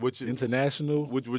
international